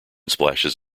splashes